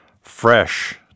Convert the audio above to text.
fresh